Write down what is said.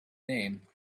name